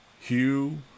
Hugh